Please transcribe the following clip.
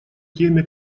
теме